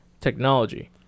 technology